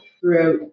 throughout